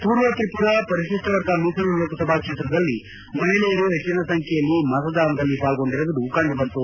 ಪೂರ್ವ ತ್ರಿಪುರಾ ಪರಿತಿಪ್ಸ ವರ್ಗ ಮೀಸಲು ಲೋಕಸಭಾ ಕ್ಷೇತ್ರದಲ್ಲಿ ಮಹಿಳೆಯರು ಹೆಚ್ಚಿನ ಸಂಬ್ಯೆಯಲ್ಲಿ ಮತದಾನದಲ್ಲಿ ಪಾಲ್ಗೊಂಡಿರುವುದು ಕಂಡುಬಂತು